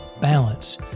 balance